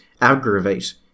aggravate